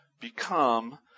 become